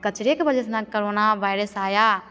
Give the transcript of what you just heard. कचरे के वजह से ना करोना वायरस आया